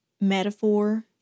metaphor